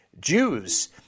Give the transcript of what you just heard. Jews